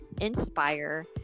inspire